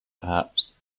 perhaps